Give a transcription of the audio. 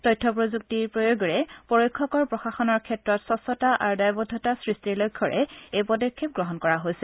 তথ্য প্ৰযুক্তিৰ প্ৰয়োগেৰ পৰোক্ষকৰ প্ৰশাসনৰ ক্ষেত্ৰত স্বছ্তা আৰু দায়বদ্ধতা সৃষ্টিৰ লক্ষ্যৰে এই পদক্ষেপ গ্ৰহণ কৰা হৈছে